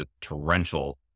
torrential